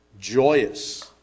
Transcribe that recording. joyous